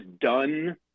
done